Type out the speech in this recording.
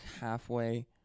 halfway